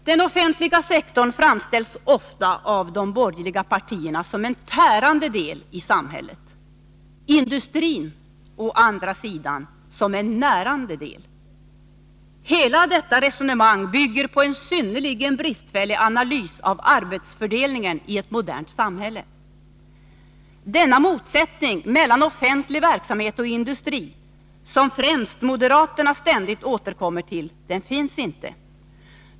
Den offentliga sektorn framställs ofta av de borgerliga partierna som en tärande del i samhället, industrin å andra sidan som en närande del. Hela detta resonemang bygger på en synnerligen bristfällig analys av arbetsfördelningen i ett modernt samhälle. Denna motsättning mellan offentlig verksamhet och industri — som främst moderaterna ständigt återkommer till — finns inte.